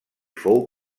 fou